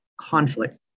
conflict